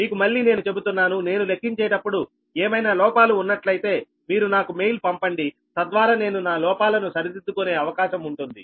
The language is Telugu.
మీకు మళ్లీ నేను చెబుతున్నాను నేను లెక్కించేటప్పుడు ఏమైనా లోపాలు ఉన్నట్లయితే మీరు నాకు మెయిల్ పంపండి తద్వారా నేను నా లోపాలను సరిదిద్దుకునే అవకాశం ఉంటుంది